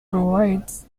provides